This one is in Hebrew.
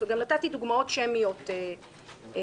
גם נתתי דוגמאות שמיות במסמך,